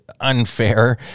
unfair